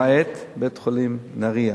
למעט בבית-החולים נהרייה.